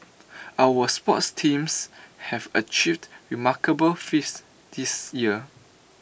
our sports teams have achieved remarkable feats this year